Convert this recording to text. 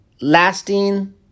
lasting